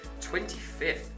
25th